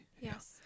Yes